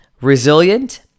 resilient